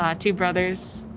um two brothers,